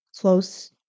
close